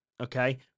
Okay